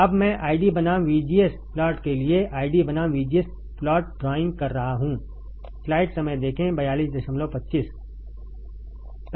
अब मैं आईडी बनाम VGS प्लॉट के लिए आईडी बनाम VGS प्लॉट ड्राइंग कर रहा हूं